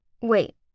Wait